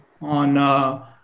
on